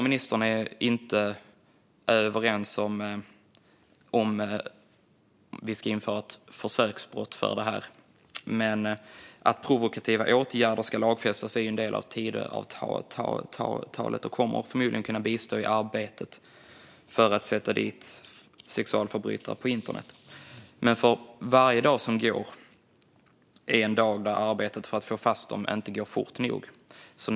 Ministern och jag är inte överens om huruvida ett försöksbrott ska införas. Att provokativa åtgärder ska lagfästas är dock en del av Tidöavtalet och något som förmodligen kommer att kunna vara till hjälp i arbetet med att sätta fast sexualförbrytare på internet. Men varje dag som går är en dag där arbetet för att få fast dem inte går fort nog.